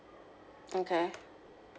okay